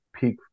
peak